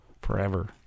Forever